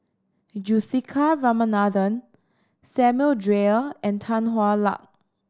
Juthika Ramanathan Samuel Dyer and Tan Hwa Luck